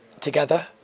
together